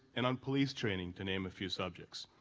and on police training, to name a few subjects.